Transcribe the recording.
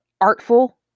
artful